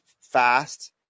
fast